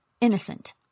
innocent